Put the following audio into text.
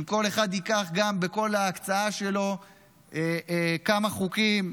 אבל אם כל אחד ייקח גם בכל ההקצאה שלו כמה חוקים,